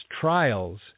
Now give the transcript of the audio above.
trials